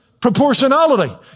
proportionality